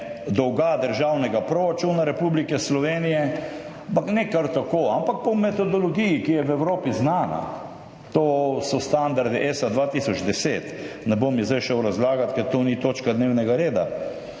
dolga državnega proračuna Republike Slovenije, ne kar tako, ampak po metodologiji, ki je v Evropi znana. To so standardi ESA 2010. Ne bom jih zdaj šel razlagat, ker to ni točka dnevnega reda,